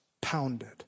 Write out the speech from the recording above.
pounded